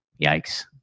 Yikes